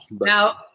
Now